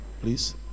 please